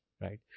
right